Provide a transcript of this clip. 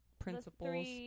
principles